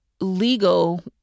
legal